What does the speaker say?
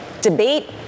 debate